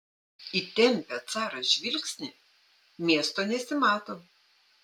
įtempia caras žvilgsnį miesto nesimato